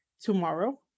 tomorrow